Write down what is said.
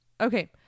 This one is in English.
Okay